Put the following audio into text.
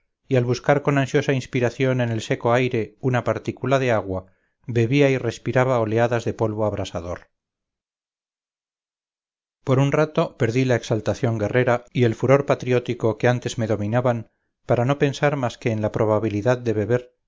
y al buscar con ansiosa inspiración en el seco aire una partícula de agua bebía y respiraba oleadas de polvo abrasador por un rato perdí la exaltación guerrera y el furor patriótico que antes me dominaban para no pensar más que en la probabilidad de beber